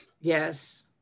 yes